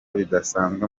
bidasanzwe